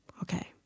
Okay